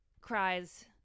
cries